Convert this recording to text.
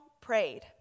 prayed